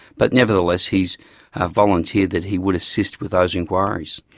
but nevertheless, he's volunteered that he would assist with those inquiries.